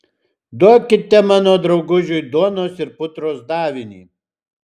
duokite mano draugužiui duonos ir putros davinį